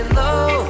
low